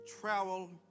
travel